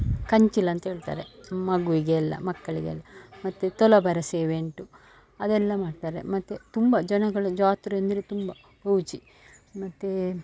ಕಂಚಿಲ್ ಅಂತ ಹೇಳ್ತಾರೆ ಮಗುವಿಗೆಲ್ಲ ಮಕ್ಕಳಿಗೆಲ್ಲ ಮತ್ತು ತುಲಾಭಾರ ಸೇವೆ ಉಂಟು ಅದೆಲ್ಲ ಮಾಡ್ತಾರೆ ಮತ್ತು ತುಂಬ ಜನಗಳು ಜಾತ್ರೆ ಅಂದರೆ ತುಂಬ ಗೌಜು ಮತ್ತು